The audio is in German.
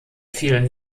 vielen